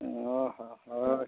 ᱚᱻ ᱦᱚᱸ ᱦᱳᱭ